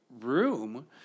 room